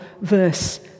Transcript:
verse